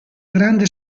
grande